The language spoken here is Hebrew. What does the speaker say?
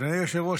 אדוני היושב-ראש,